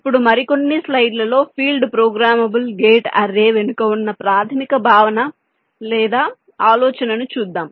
ఇప్పుడు మరికొన్ని స్లైడ్లలో ఫీల్డ్ ప్రోగ్రామబుల్ గేట్ అర్రే వెనుక ఉన్న ప్రాథమిక భావన లేదా ఆలోచనను చూద్దాం